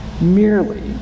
merely